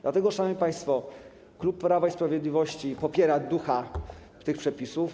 Dlatego, szanowni państwo, klub Prawa i Sprawiedliwości popiera ducha tych przepisów.